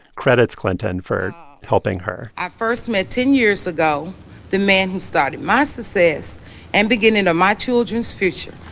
credits clinton for helping her i first met ten years ago the man who started my success and beginning of my children's future,